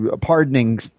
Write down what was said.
pardoning